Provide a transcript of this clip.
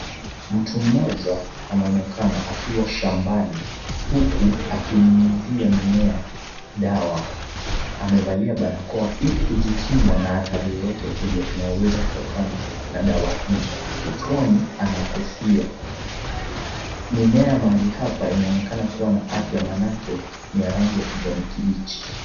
Mtu mmoja anaonekana akiwa shambani huku akinyunyuzia mimea dawa. Amevalia barakoa ili kujikinga na athari yoyote ile inayoweza kutokana na dawa hii. Kichwani ana kofia. Mimea mahali hapa inaonekana kuwa na afya maanake ni ya rangi ya kijani kibichi.